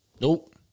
Nope